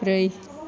ब्रै